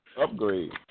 Upgrade